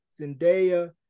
Zendaya